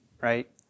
right